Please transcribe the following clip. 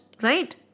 Right